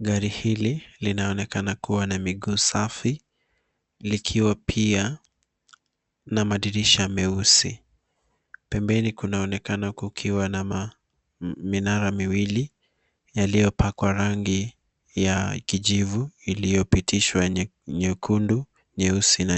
gari hili kanakuwa na miguu safi likiwa pia na madirisha meusi. Pempeni kunaonekana kukiwa na minara miwili yaliopakwa rangi ya kijivu iliyopitishwa nyekundu na nyeusi.